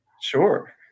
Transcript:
Sure